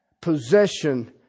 possession